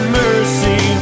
mercy